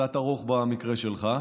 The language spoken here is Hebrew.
קצת ארוך במקרה שלך,